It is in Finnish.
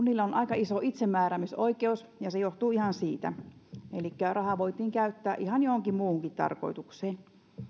kunnilla on aika iso itsemääräämisoikeus ja se johtuu ihan siitä elikkä raha voitiin käyttää ihan johonkin muuhun tarkoitukseen